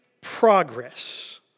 progress